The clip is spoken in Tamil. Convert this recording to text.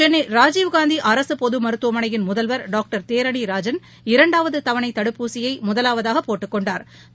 சென்னைராஜீவ்காந்திஅரசுபொதுமருத்துவமனையின் முதல்வர் தேனிராஜன் இரண்டாவதுதவணைதடுப்பூசியைமுதலாவதாகபோட்டுக் கொண்டாா்